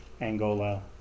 Angola